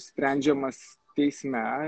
sprendžiamas teisme